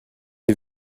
est